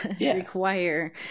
require